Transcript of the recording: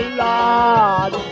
lord